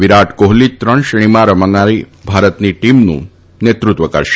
વિરાટ કોહલી ત્રણ શ્રેણીમાં રમાનારી ભારતીય ટીમનું નેતૃત્વ કરશે